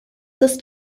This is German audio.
ist